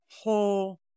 whole